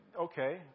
Okay